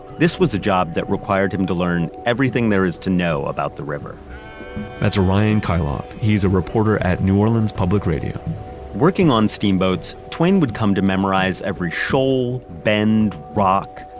this was a job that required him to learn everything there is to know about the river that's ryan kailath. he's a reporter at new orleans public radio working on steamboats, twain would come to memorize every shoal, bend, rock,